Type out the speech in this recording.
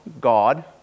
God